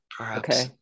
Okay